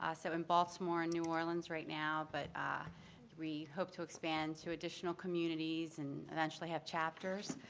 ah so in baltimore and new orleans right now. but we hope to expand to additional communities and eventually have chapters.